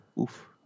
oof